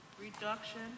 reduction